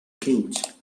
quente